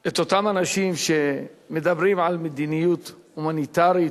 את אותם אנשים שמדברים על מדיניות הומניטרית,